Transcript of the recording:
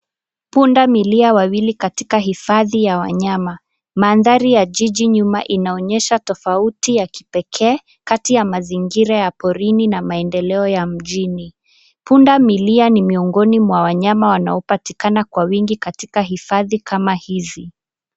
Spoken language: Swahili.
Punda milia wawili katika hifadhi ya wanyama, mandhari ya jiji nyuma inaonyesha tofauti ya kipekee kati ya mazingira ya porini na maendeleo ya mjini, punda milia ni miongoni mwa wanyama wanaopatikana kwa wingi katika hifadhi kama hizi.